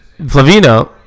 Flavino